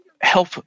help